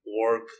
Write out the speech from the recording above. work